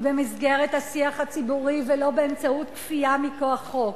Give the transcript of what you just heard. במסגרת השיח הציבורי ולא באמצעות כפייה מכוח חוק.